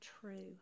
true